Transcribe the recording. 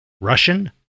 Russian